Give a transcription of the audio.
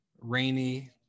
rainy